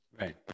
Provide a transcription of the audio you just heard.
Right